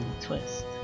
twist